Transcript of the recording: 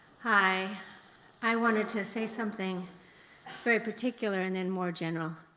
hi i wanted to say something very particular and then more general.